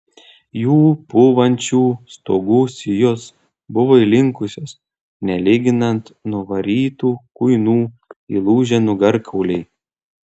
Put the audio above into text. jų pūvančių stogų sijos buvo įlinkusios nelyginant nuvarytų kuinų įlūžę nugarkauliai